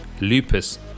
lupus